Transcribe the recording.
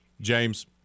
James